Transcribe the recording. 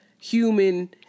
human